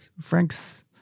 frank's